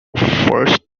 first